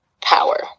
power